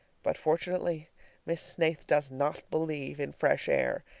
but fortunately miss snaith does not believe in fresh air,